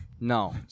No